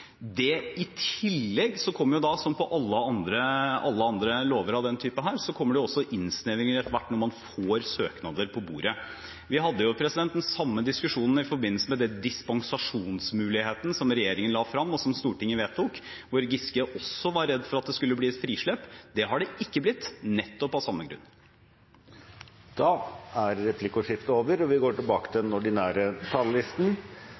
skolen. I tillegg kommer, som ved alle andre lover av denne typen, innsnevringer etter hvert som man får søknader på bordet. Vi hadde den samme diskusjonen i forbindelse med dispensasjonsmuligheten som regjeringen la fram, og som Stortinget vedtok, hvor Giske også var redd for at det skulle bli frislepp. Det har det ikke blitt, nettopp av samme grunn. Replikkordskiftet er over. Når vi i dag stemmer over privatskolesaken, vil flertallet i denne sal – med Kristelig Folkeparti på laget – ta skolen i feil retning. De vil stemme for endringer som truer den